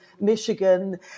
Michigan